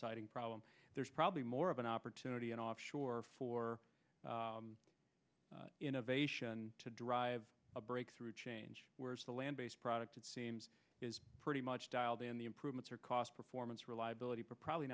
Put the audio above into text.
siting problem there's probably more of an opportunity in offshore for innovation to drive a breakthrough change whereas the land based product it seems is pretty much dialed in the improvements are cost performance reliability probably